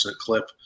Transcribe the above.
clip